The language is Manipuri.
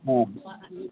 ꯑꯥ